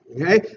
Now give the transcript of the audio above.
okay